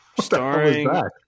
Starring